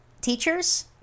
teachers